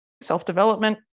Self-development